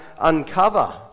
uncover